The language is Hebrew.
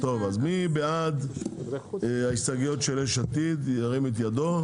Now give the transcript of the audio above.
אז מי בעד ההסתייגויות של יש עתיד, ירים את ידו?